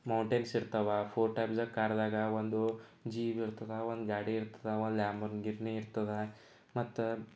ಮೌಂಟೆಕ್ಸ್ ಇರ್ತವೆ four types of ಕಾರ್ದಾಗೆ ಒಂದು ಜೀಪ್ ಇರ್ತದೆ ಒಂದು ಗಾಡಿ ಇರ್ತದೆ ಒಂದು ಲ್ಯಾಂಬರ್ಗಿರ್ನಿ ಇರ್ತದೆ ಮತ್ತೆ